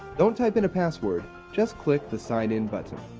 don't type in a password. just click the sign-in button.